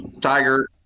Tiger